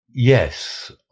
yes